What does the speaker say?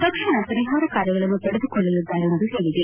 ತಕ್ಷಣ ಪರಿಹಾರ ಕಾರ್ಯಗಳನ್ನು ಪಡೆದುಕೊಳ್ಳಲಿದ್ದಾರೆ ಎಂದು ಹೇಳದೆ